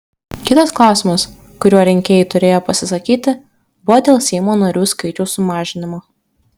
kitas klausimas kuriuo rinkėjai turėjo pasisakyti buvo dėl seimo narių skaičiaus sumažinimo